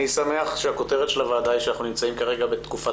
אני שמח שהכותרת של הוועדה היא שאנחנו כרגע נמצאים בתקופת